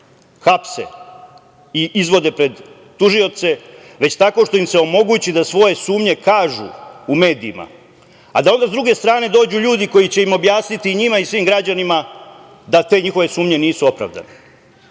hapse i izvode pred tužioce, već tako što im se omogući da svoje sumnje kažu u medijima, a da onda s druge strane dođu ljudi koji će im objasniti, i njima i svim građanima, da te njihove sumnje nisu opravdane.